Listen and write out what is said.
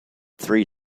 three